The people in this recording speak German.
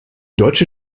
deutsche